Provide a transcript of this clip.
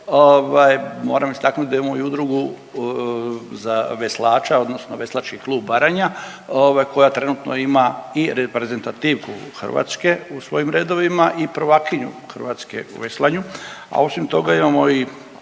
moram istaknuti i da imamo udrugu za veslače odnosno Veslački klub Baranja ovaj koja trenutno ima i reprezentativku Hrvatske u svojim redovima i prvakinju Hrvatske u veslanju,